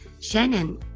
shannon